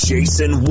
Jason